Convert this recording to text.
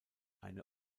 eine